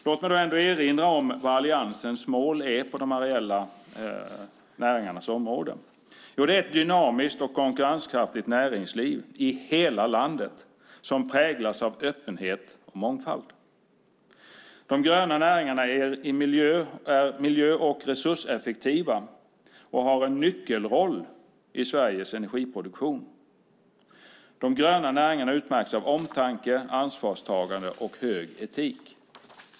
Låt mig erinra om vad Alliansens mål är på de areella näringarnas område. Det är ett dynamiskt och konkurrenskraftigt näringsliv i hela landet som präglas av öppenhet och mångfald. De gröna näringarna är miljö och resurseffektiva och har en nyckelroll i Sveriges energiproduktion. De gröna näringarna utmärks av omtanke, ansvarstagande och hög etik.